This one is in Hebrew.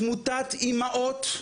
תמותת אימהות,